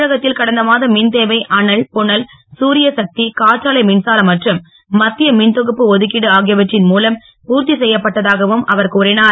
தமிழகத்தில் கடந்த மாத மின் தேவை அனல் புனல் தரியசக்தி காற்றாலை மின்சாரம் மற்றும் மத்திய மின்தொகுப்பு ஒதுக்கீடு ஆகியவற்றின் மூலம் பூர்த்தி செய்யப்பட்டதாகவும் அவர் கூறிஞர்